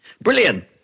Brilliant